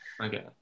Okay